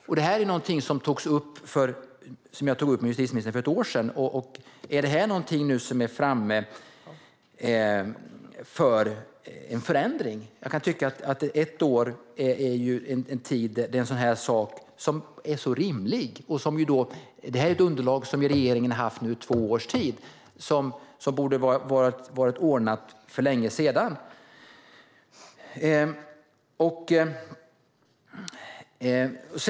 Allt detta tog jag upp med justitieministern för ett år sedan. Är det något som är framme för förändring? På ett år vore en sådan sak rimlig. Regeringen har ändå haft underlaget i två års tid, och det här borde ha ordnats för länge sedan.